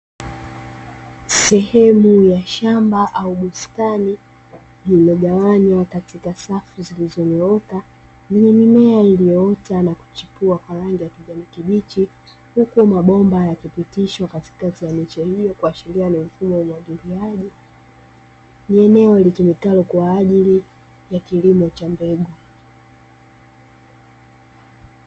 Sehemu ya shamba au bustani iliyogawanywa katika safu zilizonyooka zenye mimea aliyoota na kuchipua kwa rangi ya kijani kibichi, huku mabomba yakipitishwa katikati ya miche hiyo kuashiria ni mfumo wa umwagiliaji, ni eneo litumikalo kwa ajili ya kilimo cha mbegu.